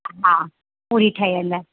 हा पूरी ठहियल